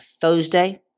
Thursday